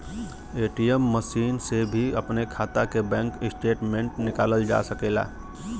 ATM machine से भी अपने खाता के बैंक स्टेटमेंट निकालल जा सकेला